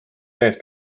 need